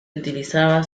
utilizaba